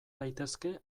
daitezke